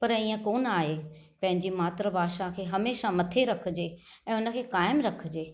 पर हीअं कोन आहे पंहिंजे मात्र भाषा खे हमेशह मथे रखिजे ऐं हुनखे क़ाइमु रखिजे